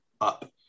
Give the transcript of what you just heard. Up